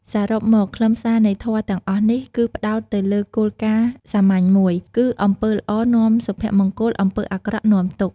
សរុបមក ខ្លឹមសារនៃធម៌ទាំងអស់នេះ គឺផ្តោតទៅលើគោលការណ៍សាមញ្ញមួយ គឺអំពើល្អនាំសុភមង្គល អំពើអាក្រក់នាំទុក្ខ។